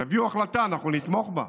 תביאו החלטה ואנחנו נתמוך בה,